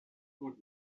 who